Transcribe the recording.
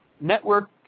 network